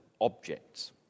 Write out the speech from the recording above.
objects